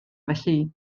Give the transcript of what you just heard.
felly